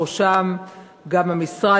בראשם גם המשרד,